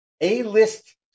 A-list